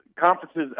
conferences